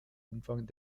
umfang